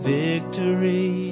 victory